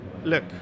Look